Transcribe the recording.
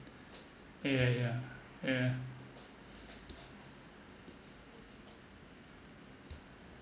yeah yeah ya yeah